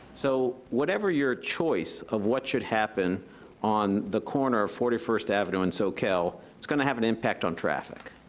so, whatever your choice of what should happen on the corner of forty first avenue and soquel, it's gonna have an impact on traffic.